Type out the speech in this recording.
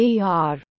AR